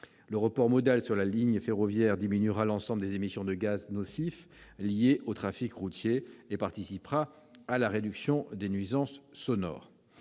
Le report modal sur la ligne ferroviaire diminuera l'ensemble des émissions de gaz nocifs liées au trafic routier et participera à la réduction des nuisances sonores.